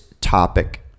topic